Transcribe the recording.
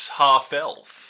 half-elf